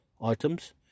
items